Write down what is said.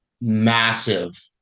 massive